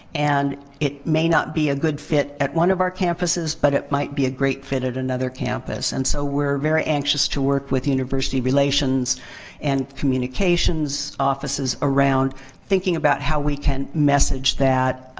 and it may not be a good fit at one of our campuses, but it might be a great fit at another campus. and so, we're very anxious to work with university relations and communications offices around thinking about how we can message that.